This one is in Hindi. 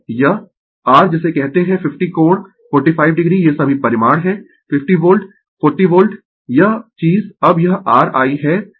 r जिसे कहते है 50 कोण 45 o ये सभी परिमाण है 50 वोल्ट 40 वोल्ट यह चीज अब यह R I है